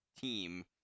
team